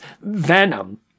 Venom